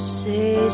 say